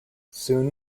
soon